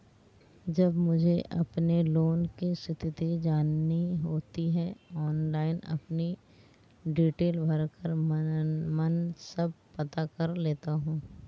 जब मुझे अपने लोन की स्थिति जाननी होती है ऑनलाइन अपनी डिटेल भरकर मन सब पता कर लेता हूँ